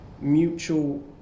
mutual